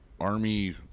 army